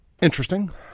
Interesting